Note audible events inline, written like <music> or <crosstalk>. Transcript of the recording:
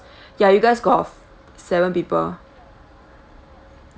<breath> ya you guys got seven people